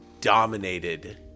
dominated